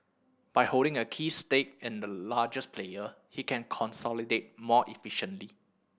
by holding a key stake in the largest player he can consolidate more efficiently